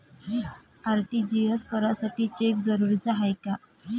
RTGS करासाठी cheque जरुरीचा हाय काय?